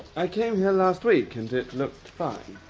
i came here last week and it looked fine.